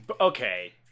Okay